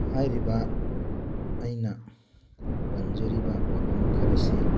ꯍꯥꯏꯔꯤꯕ ꯑꯩꯅ ꯄꯟꯖꯔꯤꯕ ꯃꯐꯝ ꯈꯔ ꯑꯁꯤ